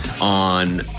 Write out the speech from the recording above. on